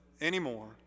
anymore